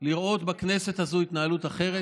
לראות בכנסת הזו התנהלות אחרת,